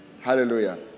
Hallelujah